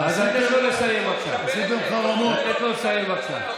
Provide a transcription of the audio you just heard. לא, מחזקים את, שלו, תנו לו לסיים, בבקשה.